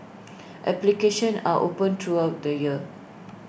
applications are open throughout the year